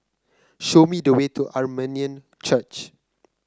show me the way to Armenian Church